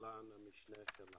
קבלן המשנה.